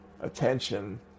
attention